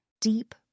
Deep